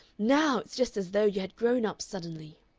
now it's just as though you had grown up suddenly.